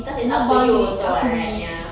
because it's up to you also [what] right ya